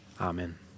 Amen